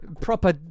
proper